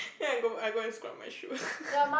ya then I go and scrub my shoe